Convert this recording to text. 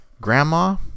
grandma